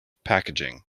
packaging